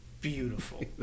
Beautiful